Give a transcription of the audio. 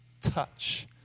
touch